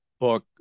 book